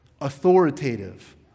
authoritative